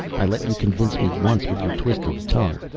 i let you convince me once with your twisted tongue.